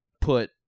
put